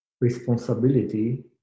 responsibility